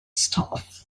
staff